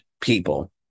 people